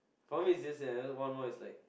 for me it's just that then one more is like